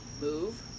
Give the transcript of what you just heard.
move